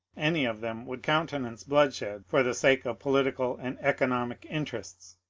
any of them would countenance bloodshed for the sake of political and economic interests.